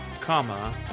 comma